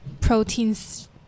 proteins